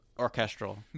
orchestral